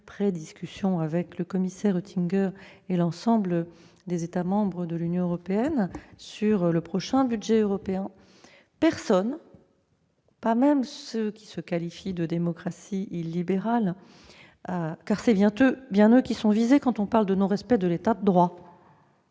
prédiscussion avec le commissaire Oettinger et l'ensemble des États membres de l'Union européenne sur le prochain budget européen. Personne, pas même ceux qui se revendiquent d'une « démocratie illibérale », car ce sont bien eux qui sont visés quand on parle de non-respect de l'État de droit-